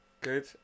Good